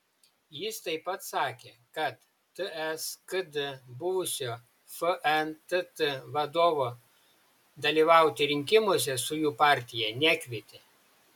jis taip pat sakė kad ts kd buvusio fntt vadovo dalyvauti rinkimuose su jų partija nekvietė